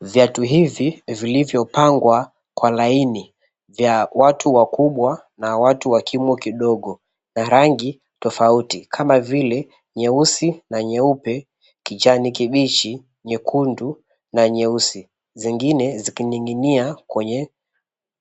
Viatu hivi vilivyopangwa kwa laini vya watu wakubwa na watu wa kimo kidogo, na rangi tofauti kama vile : nyeusi na nyeupe, kijani kibichi, nyekundu na nyeusi zingine zikining'inia kwenye